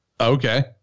Okay